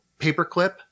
paperclip